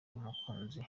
umukunzi